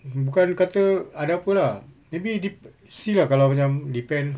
mmhmm bukan kata ada apa lah maybe depe~ see lah kalau macam depend